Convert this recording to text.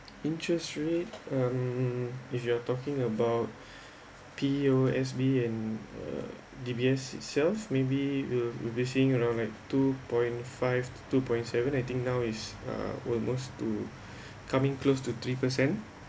interest rate um if you are talking about P_O_S_B and uh D_B_S itself maybe uh seeing around like two point five two point seven I think now is uh almost to coming close to three percent